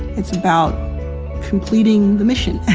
it's about completing the mission.